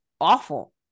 awful